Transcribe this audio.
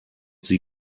sie